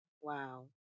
Wow